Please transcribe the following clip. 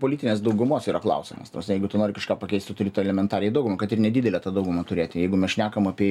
politinės daugumos yra klausimas ta prasme jeigu tu nori kažką pakeist tu turi tą elementariai daugumą kad ir nedidelę daugumą turėti jeigu mes šnekam apie